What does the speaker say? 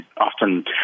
often